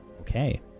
Okay